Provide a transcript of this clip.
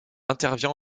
intervient